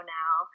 now